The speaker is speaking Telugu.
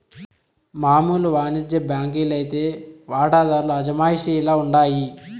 మామూలు వానిజ్య బాంకీ లైతే వాటాదార్ల అజమాయిషీల ఉండాయి